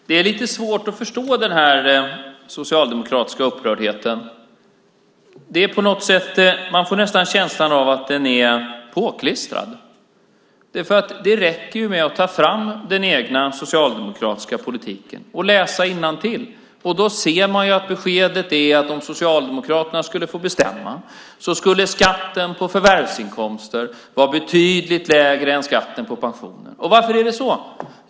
Fru talman! Det är lite svårt att förstå den här socialdemokratiska upprördheten. Man får nästan känslan av att den är påklistrad. Det räcker ju med att ta fram den egna socialdemokratiska politiken och läsa innantill. Då ser man att beskedet är att om Socialdemokraterna skulle få bestämma skulle skatten på förvärvsinkomster vara betydligt lägre än skatten på pensionen. Varför är det så?